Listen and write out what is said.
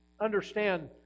understand